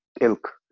ilk